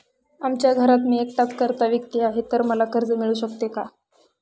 आमच्या घरात मी एकटाच कर्ता व्यक्ती आहे, तर मला कर्ज मिळू शकते का?